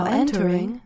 entering